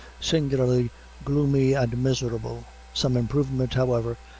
singularly gloomy and miserable. some improvement, however,